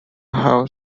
have